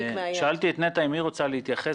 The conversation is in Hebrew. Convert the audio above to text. שאלתי את נטע אם היא רוצה להתייחס.